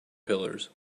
pillars